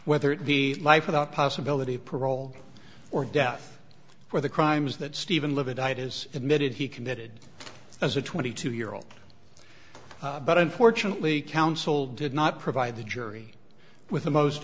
whether it be life without possibility of parole or death for the crimes that steven levitt ict is admitted he committed as a twenty two year old but unfortunately counsel did not provide the jury with the most